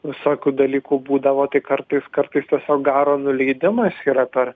visokių dalykų būdavo tai kartais kartais tiesiog garo nuleidimas yra per